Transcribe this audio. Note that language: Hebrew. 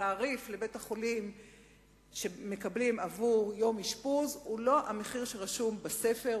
התעריף לבית-החולים שמקבלים עבור יום אשפוז הוא לא המחיר שרשום בספר,